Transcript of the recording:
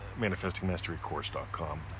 Manifestingmasterycourse.com